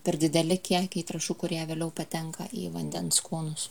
per dideli kiekiai trąšų kurie vėliau patenka į vandens kūnus